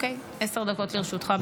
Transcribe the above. אוקיי, עשר דקות לרשותך.